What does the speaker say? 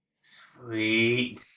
Sweet